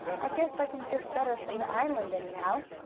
i guess i can fish better from the island, anyhow.